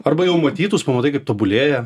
arba jau matytus pamatai kaip tobulėja